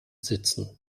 sitzen